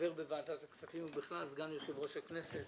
חבר בוועדת הכספים, ובכלל סגן יושב-ראש הכנסת